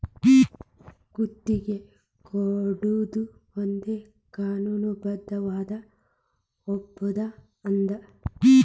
ಗುತ್ತಿಗಿ ಕೊಡೊದು ಒಂದ್ ಕಾನೂನುಬದ್ಧವಾದ ಒಪ್ಪಂದಾ ಅದ